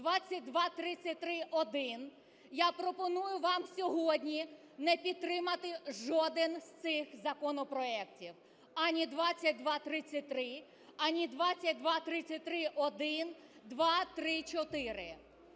2233-1, я пропоную вам сьогодні не підтримати жоден з цих законопроектів: ані 2233, ані 2233-1, 2, 3, 4.